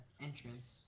entrance